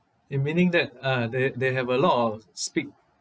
it meaning that uh they they have a lot of speed